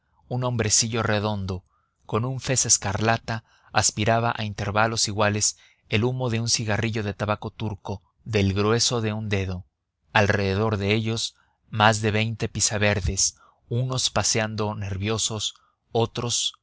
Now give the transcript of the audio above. un hombrecillo redondo con un fez escarlata aspiraba a intervalos iguales el humo de un cigarrillo de tabaco turco del grueso de un dedo alrededor de ellos más de veinte pisaverdes unos paseando nerviosos otros